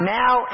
now